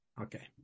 Okay